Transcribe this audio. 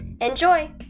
Enjoy